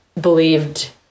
believed